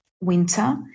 winter